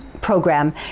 program